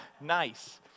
nice